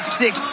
six